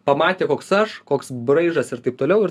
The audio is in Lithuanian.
pamatė koks aš koks braižas ir taip toliau ir